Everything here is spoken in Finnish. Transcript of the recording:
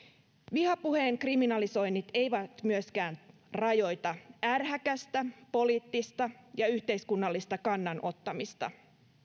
vihapuheen kriminalisoinnit eivät myöskään rajoita ärhäkästä poliittista ja yhteiskunnallista kannanottamista